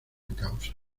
causa